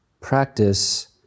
practice